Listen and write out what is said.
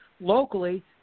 locally